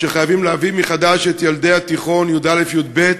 שחייבים להביא מחדש את ילדי התיכון, י"א, י"ב,